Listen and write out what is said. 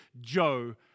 Joe